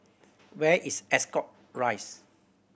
where is Ascot Rise